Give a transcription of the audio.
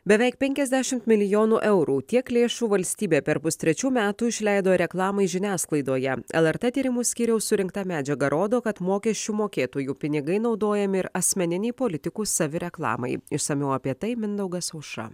beveik penkiasdešimt milijonų eurų tiek lėšų valstybė per pustrečių metų išleido reklamai žiniasklaidoje lrt tyrimų skyriaus surinkta medžiaga rodo kad mokesčių mokėtojų pinigai naudojami ir asmeninei politikų savireklamai išsamiau apie tai mindaugas aušra